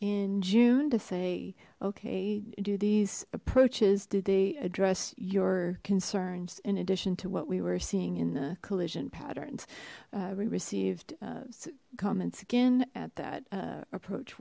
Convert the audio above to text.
in june to say okay do these approaches did they address your concerns in addition to what we were seeing in the collision patterns we received comments again at that approach